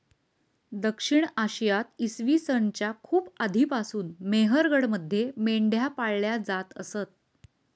दक्षिण आशियात इसवी सन च्या खूप आधीपासून मेहरगडमध्ये मेंढ्या पाळल्या जात असत